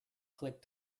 click